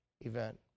event